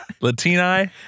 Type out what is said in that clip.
Latini